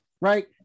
right